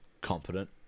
competent